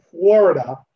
Florida